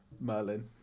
Merlin